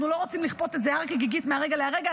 אנחנו לא רוצים לכפות את זה הר כגיגית מהרגע להרגע.